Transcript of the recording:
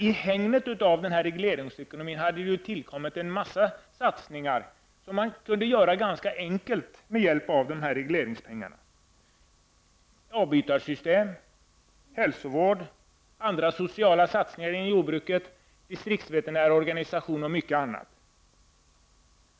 I hägnet av denna regleringsekonomi hade det gjorts en mängd satsningar som kunde ske ganska enkelt med hjälp av dessa regleringspengar. Det gällde t.ex. avbytarsystem, hälsovård, andra sociala satsningar inom jordbruket, distriktsveterinärorganisationen och mycket annat.